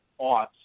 aughts